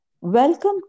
Welcome